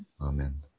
Amen